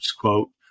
quote